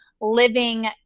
living